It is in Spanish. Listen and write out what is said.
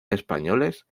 españoles